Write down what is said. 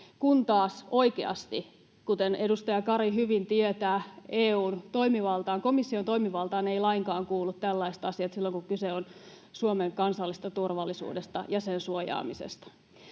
kun taas oikeasti, kuten edustaja Kari hyvin tietää, komission toimivaltaan eivät lainkaan kuulu tällaiset asiat silloin, kun kyse on Suomen kansallisesta turvallisuudesta [Mika Kari: